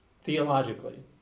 theologically